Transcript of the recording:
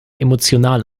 emotional